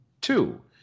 Two